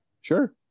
Sure